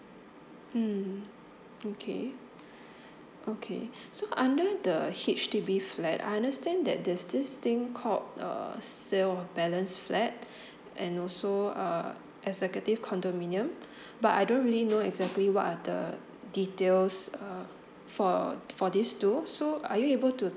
mm okay okay so under the H_D_B flat I understand that there's this thing called err sale balance flat and also uh executive condominium but I don't really know exactly what are the details err for for this two so are you able to